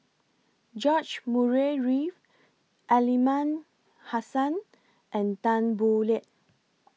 George Murray Reith Aliman Hassan and Tan Boo Liat